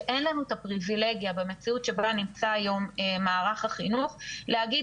אין לנו את הפריבילגיה במציאות שבה נמצא היום מערך החינוך להגיד